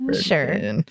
sure